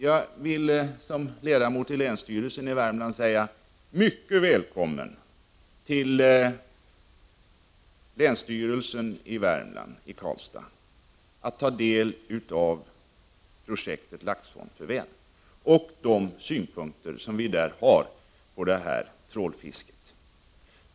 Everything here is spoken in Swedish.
Jag vill som ledamot i länsstyrelsen i Värmland säga mycket välkommen till att ta del av projekt Laxfond för Vänern och ta del av de synpunkter vi har på trålfisket.